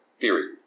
Theory